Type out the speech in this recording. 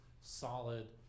solid